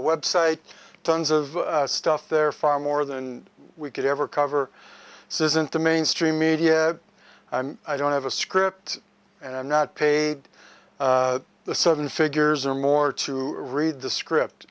web site tons of stuff there far more than we could ever cover this isn't the mainstream media i don't have a script and i'm not paid the seven figures or more to read the script